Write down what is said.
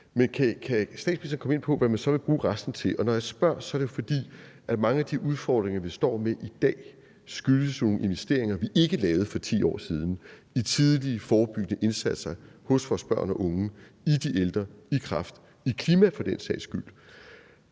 men kan statsministeren komme ind på, hvad man så vil bruge resten til? Når jeg spørger, er det, fordi mange af de udfordringer, vi står med i dag, jo skyldes nogle investeringer, vi ikke lavede for 10 år siden i de tidlige forebyggende indsatser for vores børn og unge, for de ældre, på kræftområdet og på klimaområdet for den sags skyld.